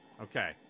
okay